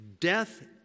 Death